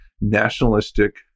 nationalistic